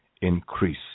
increase